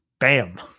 Bam